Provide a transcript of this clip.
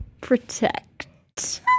protect